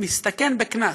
מסתכן בקנס.